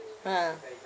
ah